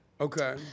Okay